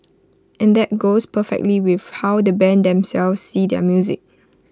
and that goes perfectly with how the Band themselves see their music